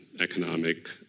economic